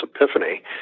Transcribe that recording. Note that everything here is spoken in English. epiphany